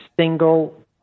single